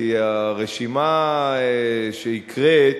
כי הרשימה שהקראת